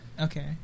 okay